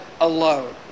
alone